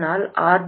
அதனால் ஆர்